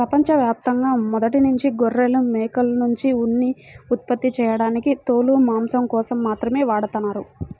ప్రపంచ యాప్తంగా మొదట్నుంచే గొర్రెలు, మేకల్నుంచి ఉన్ని ఉత్పత్తి చేయడానికి తోలు, మాంసం కోసం మాత్రమే వాడతన్నారు